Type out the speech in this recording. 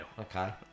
Okay